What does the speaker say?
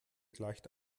gleicht